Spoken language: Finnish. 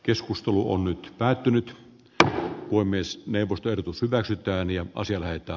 keskustelu on nyt päättynyt kaakkua myös neuvosto ehdotus hyväksytään ja on sillä että